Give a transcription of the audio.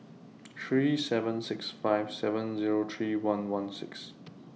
three seven six five seven Zero three one one six